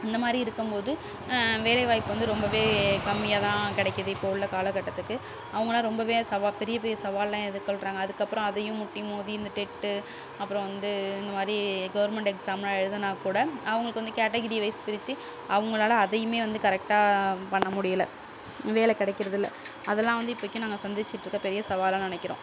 இந்தமாதிரி இருக்கும்போது வேலை வாய்ப்பு வந்து ரொம்பவே கமம்மியாகத்தான் கிடைக்கிது இப்போ உள்ள காலக்கட்டத்துக்கு அவங்களாம் ரொம்பவே சவா பெரிய பெரிய சவால்லாம் எதிர்கொள்ளுறாங்க அதுக்கப்பறம் அதையும் முட்டி மோதி இந்த டெட் அப்பறம் வந்து இந்த மாதிரி கவர்மெண்டு எக்ஸாமுலாம் எழுதினா கூட அவங்களுக்கு வந்து கேட்டகிரி வைஸ் பிரித்து அவங்களால அதையுமே வந்து கரெக்டா பண்ண முடியலை வேலை கிடைக்கறதுல்ல அதெல்லாம் வந்து இப்பக்கியும் நாங்கள் சந்திச்சிட்டிருக்குற பெரிய சவாலாக நினைக்குறோம்